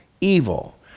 evil